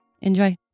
Enjoy